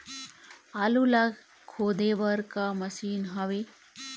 आलू ला खोदे बर का मशीन हावे?